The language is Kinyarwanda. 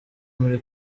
muri